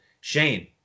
Shane